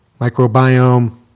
microbiome